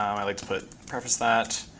um i like to put preface that.